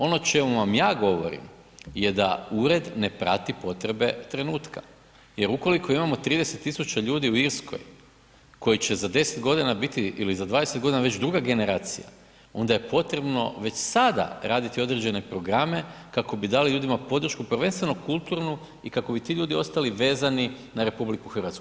Ono o čemu vam ja govorim je da ured ne prati potrebe trenutka, jer ukoliko imamo 30.000 ljudi u Irskoj koji će za 10 godina biti ili za 20 godina već druga generacija onda je potrebno već sada raditi određene programe kako bi dali ljudima podršku prvenstveno kulturnu i kako bi ti ljudi ostali vezani na RH.